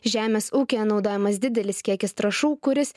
žemės ūkyje naudojamas didelis kiekis trąšų kuris